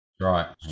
Right